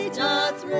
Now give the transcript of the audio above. doth